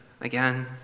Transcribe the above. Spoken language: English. again